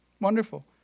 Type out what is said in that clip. Wonderful